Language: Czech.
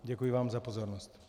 Děkuji vám za pozornost.